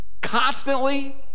constantly